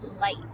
light